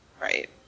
Right